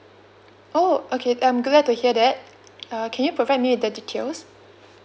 oh okay I'm glad to hear that uh can you provide me the details